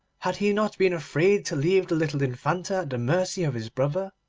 had he not been afraid to leave the little infanta at the mercy of his brother,